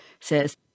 says